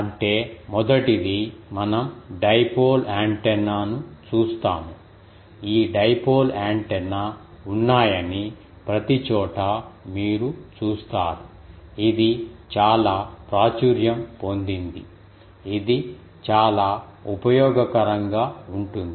అంటే మొదటిది మనం డైపోల్ యాంటెన్నాను చూస్తాము ఈ డైపోల్ యాంటెన్నా ఉన్నాయని ప్రతిచోటా మీరు చూస్తారు ఇది చాలా ప్రాచుర్యం పొందింది ఇది చాలా ఉపయోగకరంగా ఉంటుంది